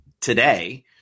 today